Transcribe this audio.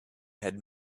had